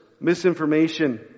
misinformation